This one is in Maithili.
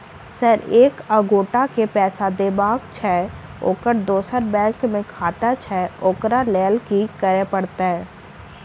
सर एक एगोटा केँ पैसा देबाक छैय ओकर दोसर बैंक मे खाता छैय ओकरा लैल की करपरतैय?